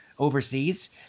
Overseas